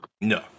No